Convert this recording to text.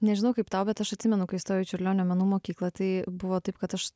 nežinau kaip tau bet aš atsimenu kai įstojau į čiurlionio menų mokyklą tai buvo taip kad aš